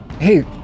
Hey